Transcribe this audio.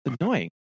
Annoying